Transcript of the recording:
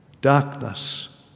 darkness